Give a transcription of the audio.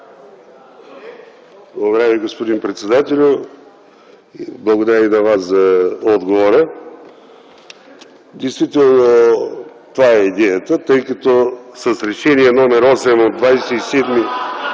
Ви, господин председател. Благодаря и на Вас за отговора. Действително, това е идеята, тъй като с Решение № 8 (шум